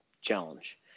challenge